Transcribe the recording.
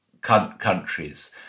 countries